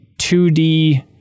2D